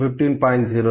05 15